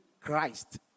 Christ